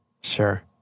Sure